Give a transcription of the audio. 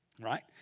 right